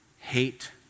hate